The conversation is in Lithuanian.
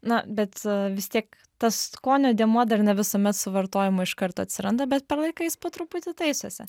na bet vis tiek tas skonio dėmuo dar ne visuomet su vartojimu iš kart atsiranda bet per laiką jis po truputį taisosi